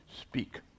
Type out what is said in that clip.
Speak